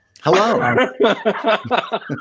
Hello